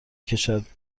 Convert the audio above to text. کشد